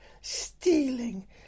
stealing